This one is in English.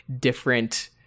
different